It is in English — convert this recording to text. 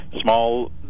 small